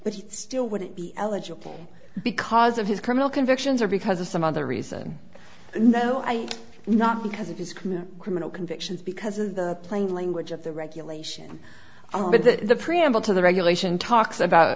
it still wouldn't be eligible because of his criminal convictions or because of some other reason no i not because of his career criminal convictions because of the plain language of the regulation but that the preamble to the regulation talks about